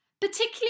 Particularly